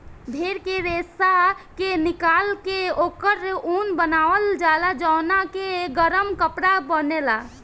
भेड़ के रेशा के निकाल के ओकर ऊन बनावल जाला जवना के गरम कपड़ा बनेला